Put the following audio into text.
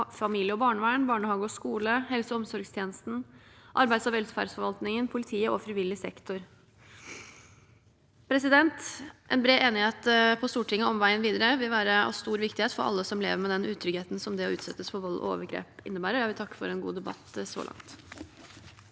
familie- og barnevern, barnehage og skole, helse- og omsorgstjenesten, arbeids- og velferdsforvaltningen, politiet og frivillig sektor. En bred enighet på Stortinget om veien videre vil være av stor viktighet for alle som lever med den utryggheten som det å utsettes for vold og overgrep innebærer, og jeg vil takke for en god debatt så langt.